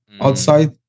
outside